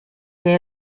que